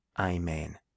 Amen